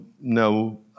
no